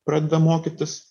pradeda mokytis